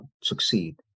succeed